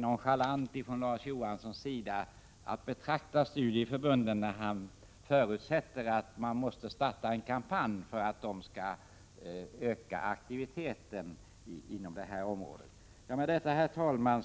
nog att Larz Johansson betraktar studieförbunden litet nonchalant. Han förutsätter nämligen att man måste starta en kampanj för att få till stånd en ökad aktivitet på detta område hos studieförbunden. Herr talman!